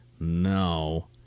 No